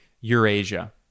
Eurasia